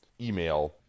email